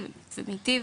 ומיטיב.